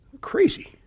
crazy